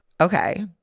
okay